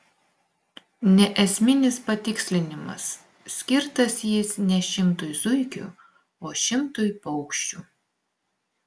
neesminis patikslinimas skirtas jis ne šimtui zuikių o šimtui paukščių